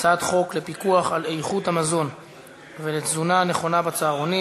הצעת חוק לפיקוח על איכות המזון ולתזונה נכונה בצהרונים,